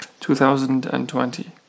2020